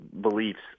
beliefs